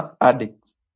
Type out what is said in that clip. addicts